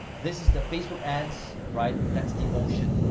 this is the facebook ads, right? that's the ocean,